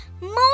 More